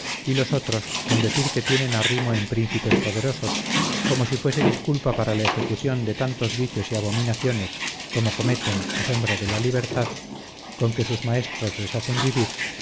y los otros con decir que tienen arrimo en príncipes poderosos como si fuese disculpa para la ejecución de tantos vicios y abominaciones como cometen a sombra de la libertad con que sus maestros les hacen vivir